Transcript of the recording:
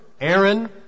Aaron